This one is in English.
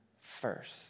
first